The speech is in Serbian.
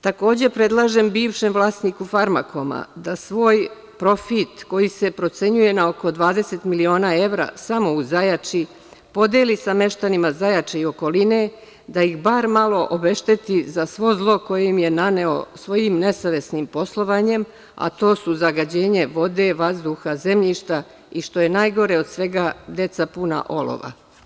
Takođe, predlažem bivšem vlasniku „Farmakoma“ da svoj profit koji se procenjuje na oko 20 miliona evra samo u Zajači podeli sa meštanima Zajače i okoline, da ih bar malo obešteti za svo zlo koje im je naneo svojim nesavesnim poslovanjem, a to su zagađenje vode, vazduha, zemljišta i što je najgore od svega, deca puna olova.